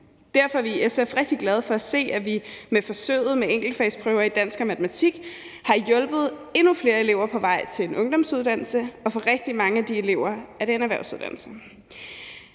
Derfor er vi i SF rigtig glade for at se, at vi med forsøget med enkeltfagsprøver i dansk og matematik har hjulpet endnu flere elever på vej til en ungdomsuddannelse, og for rigtig mange af de elever er det en erhvervsuddannelse.